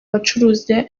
bacuruza